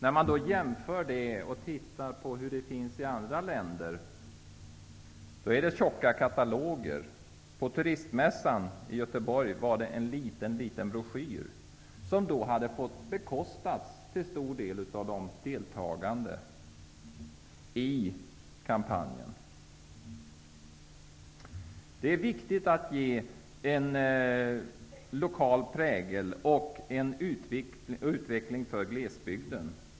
I andra länder utbjuds bed and breakfast som ett alternativ i tjocka kataloger. På turistmässan i Göteborg fanns det en liten broschyr för det svenska systemet. Det är viktigt med en lokal prägel och en utveckling för glesbygden.